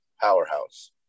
powerhouse